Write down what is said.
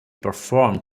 performed